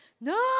No